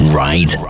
right